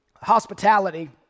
Hospitality